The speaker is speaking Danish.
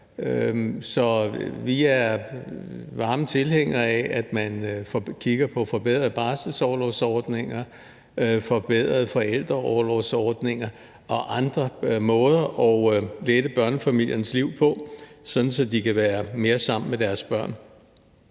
Så vi er varme tilhængere af, at man kigger på forbedrede barselsorlovsordninger, forbedrede forældreorlovsordninger og andre måder at lette børnefamiliernes liv på, sådan at de kan være mere sammen med deres børn.